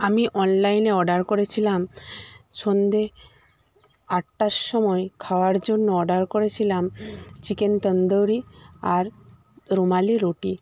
আমি অনলাইনে অর্ডার করেছিলাম সন্ধে আটটার সময় খাওয়ার জন্য অর্ডার করেছিলাম চিকেন তন্দুরি আর রুমালি রুটি